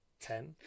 Ten